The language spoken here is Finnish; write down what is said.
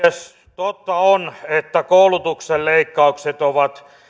totta on että koulutuksen leikkaukset ovat